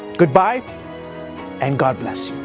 good-bye and god bless